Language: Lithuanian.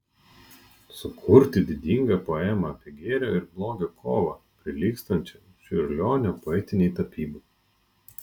sukurti didingą poemą apie gėrio ir blogio kovą prilygstančią čiurlionio poetinei tapybai